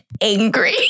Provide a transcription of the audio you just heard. angry